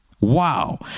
Wow